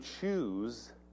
choose